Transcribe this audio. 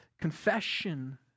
confession